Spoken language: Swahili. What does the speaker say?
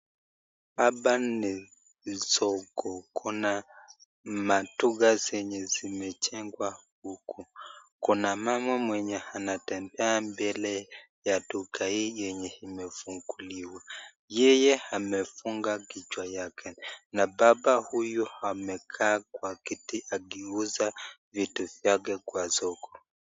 Hapa ni soko kuna maduka zenye zimejengwa huku kuna mama mwenye anatembea mbele ya duka hii yenye imefunguliwa yeye amefungua kichwa yake na baba huyu amekaa Kwa kiti akiuza viti vyake kwa soko.